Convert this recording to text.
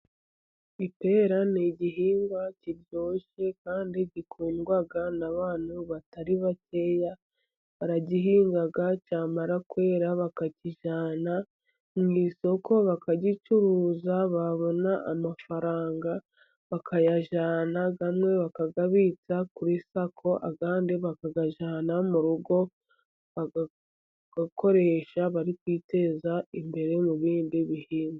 Ipera ni igihingwa kiryoshye kandi gikundwa n'abantu batari bakeya. Baragihinga cyamara kwera bakakijyana mu isoko, bakagicuruza. Babona amafaranga bakayajyana. Amwe bakayabitsa kuri sako, andi bakayajyana mu rugo, bakayakoresha bari kwiteza imbere mu bindi bihingwa.